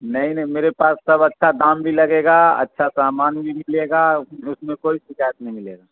نہیں نہیں میرے پاس سب اچھا دام بھی لگے گا اچھا سامان بھی ملے گا اس میں کوئی شکایت نہیں ملے گا